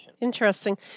Interesting